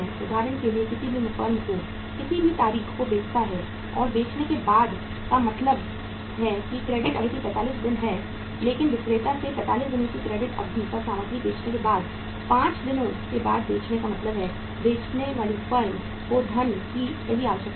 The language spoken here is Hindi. उदाहरण के लिए किसी भी फर्म को किसी भी तारीख को बेचता है और बेचने के बाद का मतलब है कि क्रेडिट अवधि 45 दिन है लेकिन विक्रेता से 45 दिनों की क्रेडिट अवधि पर सामग्री बेचने के बाद 5 दिनों के बाद बेचने का मतलब है बेचने वाली फर्म को धन की सही आवश्यकता है